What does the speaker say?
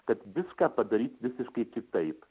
kad viską padaryt visiškai kitaip